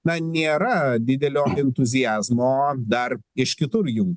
na nėra didelio entuziazmo dar iš kitur jų